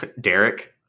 Derek